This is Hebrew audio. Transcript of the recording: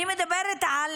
אני מדברת על